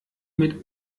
mit